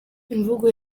imvugo